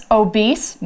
obese